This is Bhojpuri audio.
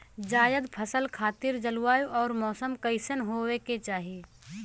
जायद फसल खातिर जलवायु अउर मौसम कइसन होवे के चाही?